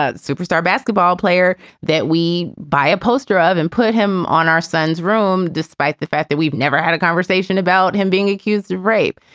ah superstar basketball player that we buy a poster of and put him on our son's room, despite the fact that we've never had a conversation about him being accused of rape,